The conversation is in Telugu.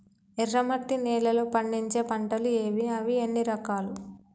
ఎర్రమట్టి నేలలో పండించే పంటలు ఏవి? అవి ఎన్ని రకాలు?